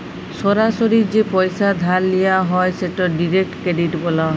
সরাসরি যে পইসা ধার লিয়া হ্যয় সেট ডিরেক্ট ক্রেডিট